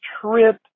trip